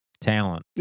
talent